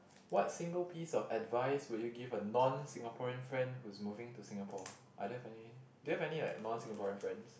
what single piece of advice will you give a non Singaporean friend who's moving to Singapore I don't have any do you have any like non Singaporean friends